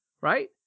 right